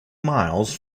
miles